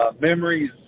Memories